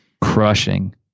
crushing